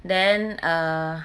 then err